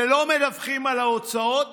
ולא מדווחים על ההוצאות.